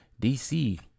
DC